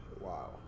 Wow